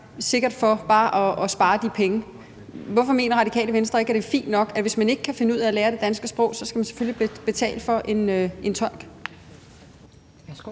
sikkert bare for at spare de penge. Hvorfor mener Radikale Venstre ikke, at det er fint nok, at hvis man ikke kan finde ud af at lære det danske sprog, så skal man selvfølgelig betale for en tolk?